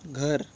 घर